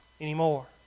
anymore